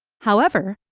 however,